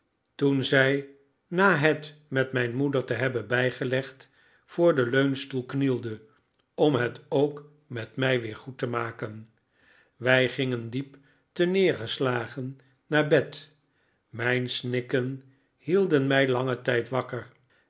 toen zij na het met mijn moeder te hebben bijgelegd voor den leunstoel knielde om het ook met mij weer goed te maken wij gingen diep terneergeslagen naar bed mijn snikken hielden mij langen tijd wakker